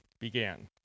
began